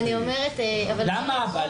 אבל למה?